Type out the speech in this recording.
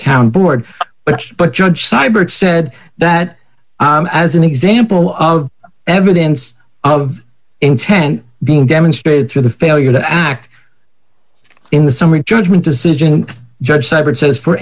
town board but but judge seibert said that as an example of evidence of intent being demonstrated through the failure to act in the summary judgment decision judge seibert says for